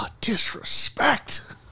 disrespect